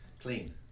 clean